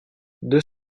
deux